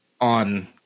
on